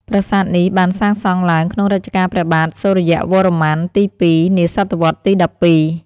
ប្រាសាទនេះបានសាងសង់ឡើង ក្នុងរជ្ជកាលព្រះបាទសុរិយវរ្ម័នទី ២ នាសតវត្សរ៍ទី១២ ។